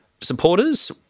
Supporters